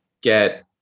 get